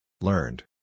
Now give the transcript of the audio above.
Learned